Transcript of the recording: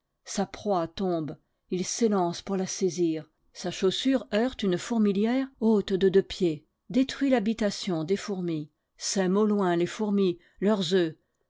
sa proie tombe il s'élance pour la saisir sa chaussure heurte une fourmilière haute de deux pieds détruit l'habitation des fourmis sème au loin les fourmis leurs oeufs